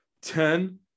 ten